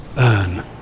Earn